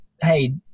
hey